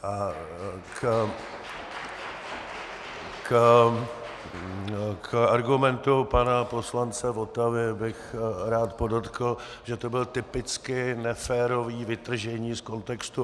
K argumentu pana poslance Votavy bych rád podotkl, že to bylo typicky neférové vytržení z kontextu.